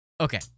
Okay